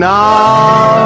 now